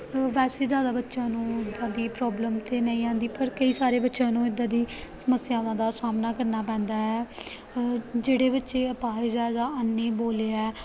ਵੈਸੇ ਜ਼ਿਆਦਾ ਬੱਚਿਆਂ ਨੂੰ ਇਦਾਂ ਦੀ ਪ੍ਰੋਬਲਮ ਤੇ ਨਹੀਂ ਆਉਂਦੀ ਪਰ ਕਈ ਸਾਰੇ ਬੱਚਿਆਂ ਨੂੰ ਇੱਦਾਂ ਦੀ ਸਮੱਸਿਆਵਾਂ ਦਾ ਸਾਹਮਣਾ ਕਰਨਾ ਪੈਂਦਾ ਹੈ ਜਿਹੜੇ ਬੱਚੇ ਅਪਾਹਿਜ ਆ ਜਾਂ ਅੰਨੇ ਬੋਲੇ ਆ